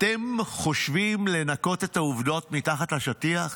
אתם חושבים לנקות את העובדות, מתחת לשטיח?